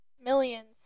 Millions